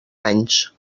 anys